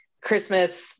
Christmas